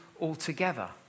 altogether